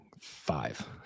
five